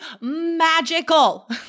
magical